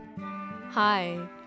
Hi